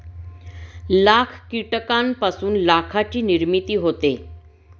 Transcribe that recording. लाख कीटकांपासून लाखाची निर्मिती होते